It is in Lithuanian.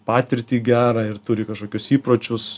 patirtį gerą ir turi kažkokius įpročius